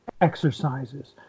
exercises